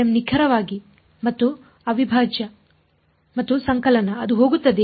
ನಿಖರವಾಗಿ ಮತ್ತು ಅವಿಭಾಜ್ಯ ಮತ್ತು ಸಂಕಲನ ಅದು ಹೋಗುತ್ತದೆಯೇ